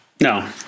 No